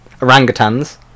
Orangutans